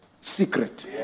secret